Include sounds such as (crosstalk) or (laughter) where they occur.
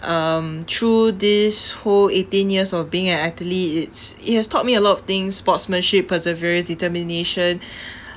um through this whole eighteen years of being a athlete it's it has taught me a lot of things sportsmanship perseverance determination (breath)